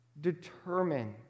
Determine